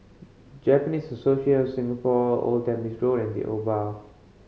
Japanese Association of Singapore Old Tampines Road and The Oval